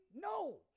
No